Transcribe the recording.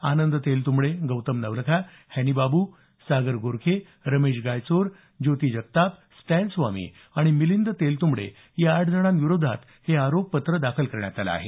आनंद Teltumbde Gautam Navlakha Hany Babu Sagar Gorkhe Ramesh Gaichor Jyoti Jagtap Stan Swamy आणि मिलिंद तेलतंबडे या आठ जणांविरोधात हे आरोपपत्र दाखल करण्यात आलं आहे